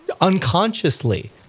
unconsciously